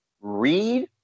read